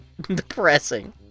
depressing